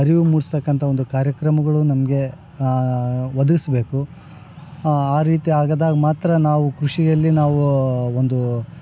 ಅರಿವು ಮೂಡಿಸ್ತಕಂತ ಒಂದು ಕಾರ್ಯಕ್ರಮಗಳು ನಮಗೆ ಒದಗಿಸ್ಬೇಕು ಆ ರೀತಿ ಆಗದಾಗ ಮಾತ್ರ ನಾವು ಕೃಷಿಯಲ್ಲಿ ನಾವು ಒಂದು